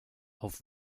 auf